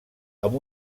amb